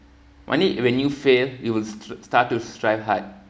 only when you fail you would s~ start to strive hard